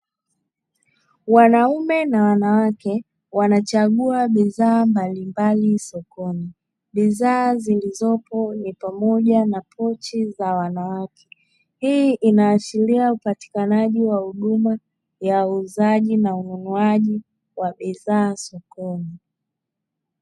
Wanaume na wananwake, wanachagua bidhaa mbalimbali sokoni. Bidhaa zilizopo ni pamoja na pochi za wanawake, hii inaashiria upatikanaji wa huduma ya uuzaji na ununuaji wa bidhaa sokoni.